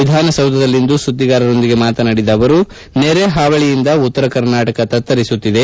ವಿಧಾನಸೌಧದಲ್ಲಿಂದು ಸುದ್ದಿಗಾರರೊಂದಿಗೆ ಮಾತನಾಡಿದ ಅವರು ನೆರೆ ಹಾವಳಿಯಿಂದ ಉತ್ತರ ಕರ್ನಾಟಕ ತತ್ತರಿಸಿದೆ